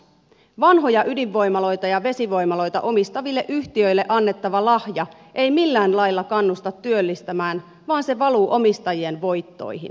vanhoja ydinvoimaloita ja vesivoimaloita omistaville yhtiöille annettava lahja ei millään lailla kannusta työllistämään vaan se valuu omistajien voittoihin